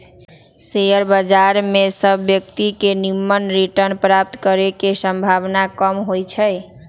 share बजार में सभ व्यक्तिय के निम्मन रिटर्न प्राप्त करे के संभावना कम होइ छइ